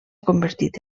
convertit